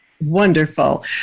Wonderful